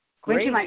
great